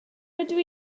rydw